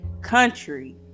country